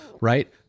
right